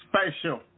special